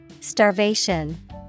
Starvation